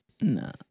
No